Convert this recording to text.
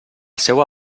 seua